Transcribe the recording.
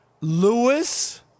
Lewis